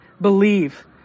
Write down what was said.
believe